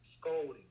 scolding